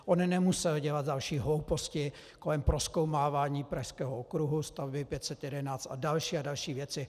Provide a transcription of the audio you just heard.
On nemusel dělat další hlouposti kolem prozkoumávání pražského okruhu, stavby 511 a další a další věci.